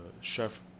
chef